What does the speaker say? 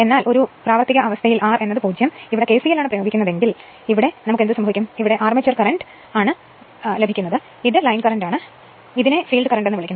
എന്നാൽ പ്രവർത്തിക്കുന്ന ഒരു അവസ്ഥ r 0 ഇവിടെ കെസിഎൽ പ്രയോഗിക്കുകയാണെങ്കിൽ ഇത് പ്രയോഗിച്ചാൽ ഇത് അർമേച്ചർ കറന്റ് ആണ് ഇത് ലൈൻ കറന്റ് ആണ് ഇതാണ് ഫീൽഡ് കറന്റ് എന്ന് വിളിക്കുന്നത്